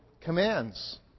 commands